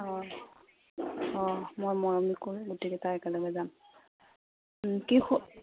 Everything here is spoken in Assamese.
অঁ অঁ মই মৰমীকো গোটেইকেইটা একেলগে যাম কি